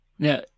Now